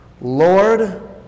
Lord